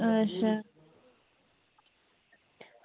अच्छा